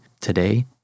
today